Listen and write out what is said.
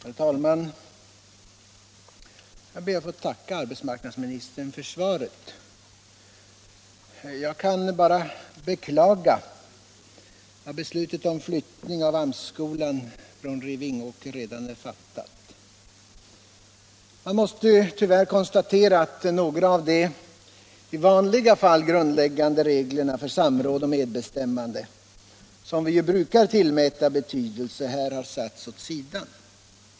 Herr talman! Jag ber att få tacka arbetsmarknadsministern för svaret, och jag kan bara beklaga att beslutet om flyttning av AMS-skolan från Vingåker redan är fattat. Man måste konstatera att några av de vanligaste reglerna för samråd och medbestämmande som vi brukar tillmäta betydelse här har satts åt sidan.